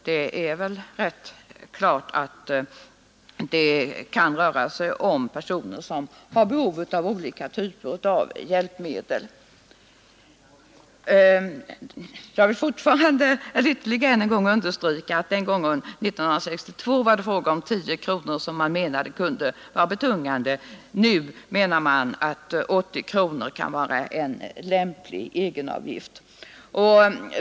Det är väl också rätt klart att det finns en del personer som har behov av olika typer av hjälpmedel samtidigt. Jag vill ytterligare understryka att det den gången — år 1962 — var fråga om 10 kronor i egenavgift, som man menade kunde vara betungande för de handikappade. Nu tycker man att 80 kronor kan vara en lämplig egenavgift.